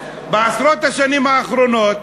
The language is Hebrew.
בעשרות השנים האחרונות,